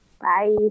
Bye